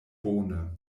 bone